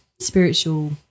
spiritual –